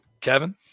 Kevin